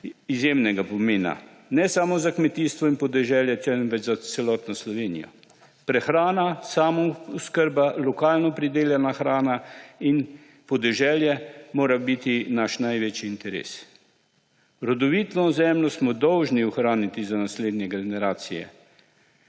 izjemnega pomena ne samo za kmetijstvo in podeželje temveč za celotno Slovenijo. Prehrana, samooskrba, lokalno pridelana hrana in podeželje morajo biti naš največji interes. Rodovitno zemljo smo dolžni ohraniti za naslednje generacije.